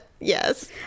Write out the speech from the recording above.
Yes